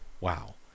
Wow